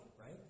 right